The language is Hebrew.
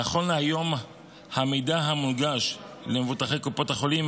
נכון להיום המידע המונגש למבוטחי קופות החולים